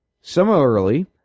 Similarly